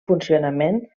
funcionament